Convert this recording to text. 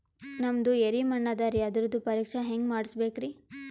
ನಮ್ದು ಎರಿ ಮಣ್ಣದರಿ, ಅದರದು ಪರೀಕ್ಷಾ ಹ್ಯಾಂಗ್ ಮಾಡಿಸ್ಬೇಕ್ರಿ?